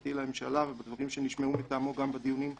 המשפטי לממשלה ובדברים שנשמעו מטעמו גם בדיונים הקודמים.